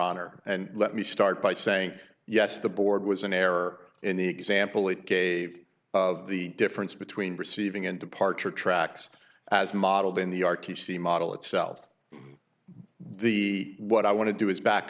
honor and let me start by saying yes the board was an error in the example it gave of the difference between receiving and departure tracks as modeled in the r t c model itself the what i want to do is back